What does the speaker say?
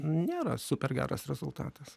nėra super geras rezultatas